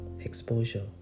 exposure